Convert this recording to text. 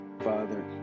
Father